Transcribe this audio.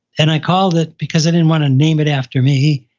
and i called it, because i didn't want to name it after me,